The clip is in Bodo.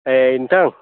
ऐ नोंथां